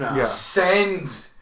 sends